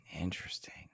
Interesting